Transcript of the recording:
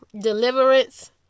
deliverance